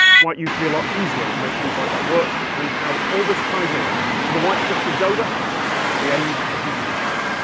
why it used to be a lot easier to make things like that work, and how all this ties in to the white cliffs of dover and the end of the universe.